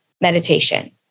meditation